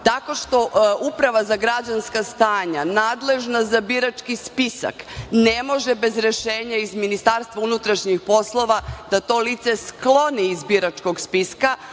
Tako što Uprava za građanska stanja, nadležna za birački spisak, ne može bez rešenja iz Ministarstva unutrašnjih poslova da to lice skloni iz biračkog spiska,